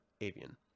Avian